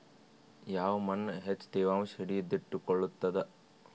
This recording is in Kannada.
ಯಾವ್ ಮಣ್ ಹೆಚ್ಚು ತೇವಾಂಶ ಹಿಡಿದಿಟ್ಟುಕೊಳ್ಳುತ್ತದ?